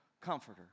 comforter